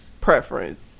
preference